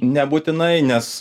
nebūtinai nes